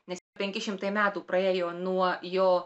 nes penki šimtai metų praėjo nuo jo